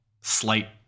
slight